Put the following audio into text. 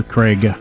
Craig